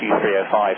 Q305